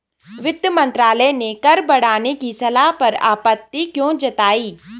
वित्त मंत्रालय ने कर बढ़ाने की सलाह पर आपत्ति क्यों जताई?